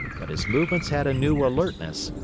but his movements had a new alertness,